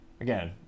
again